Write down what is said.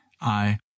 I—